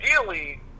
ideally